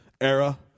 era